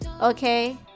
okay